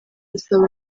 asaba